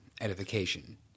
edification